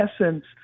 essence